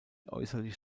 äußerlich